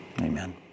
amen